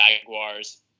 Jaguars